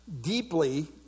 deeply